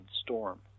storm